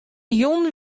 jûn